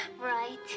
right